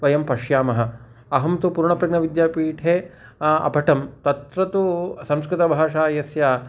वयं पश्यामः अहं तु पूर्णप्रज्ञविद्यापीठे अपठं तत्र तु संस्कृतभाषा यस्य